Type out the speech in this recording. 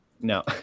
No